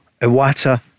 Iwata